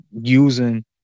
using –